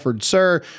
Sir